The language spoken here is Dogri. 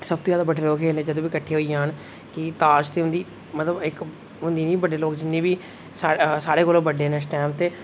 सबतूं जैदा बड्डे लोक खेढदे जदूं बी किट्ठे होई जान की ताश ते उं'दी इक होंदी निं बड्डे लोक जिन्ने बी साढ़े कोला बड्डे न इस टैम ते